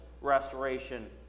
restoration